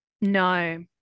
No